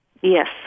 Yes